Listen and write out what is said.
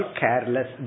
careless